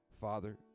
Father